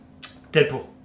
Deadpool